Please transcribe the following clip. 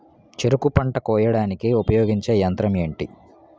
చెరుకు పంట కోయడానికి ఉపయోగించే యంత్రం ఎంటి?